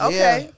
Okay